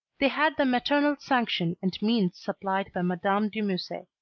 they had the maternal sanction and means supplied by madame de musset.